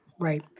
Right